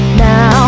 now